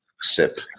sip